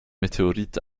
meteorit